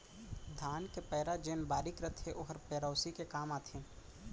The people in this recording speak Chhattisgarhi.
धान के पैरा जेन बारीक रथे ओहर पेरौसी के काम आथे